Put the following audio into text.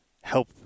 help